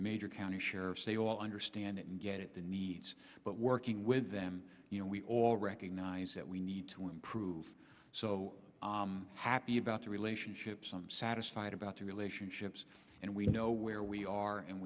major county sheriffs they all understand it and get it the needs but working with them you know we all recognize that we need to improve so happy about the relationships i'm satisfied about the relationships and we know where we are and